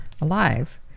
alive